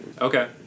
Okay